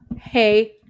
Hey